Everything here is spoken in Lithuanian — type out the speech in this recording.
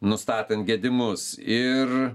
nustatant gedimus ir